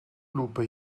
lupe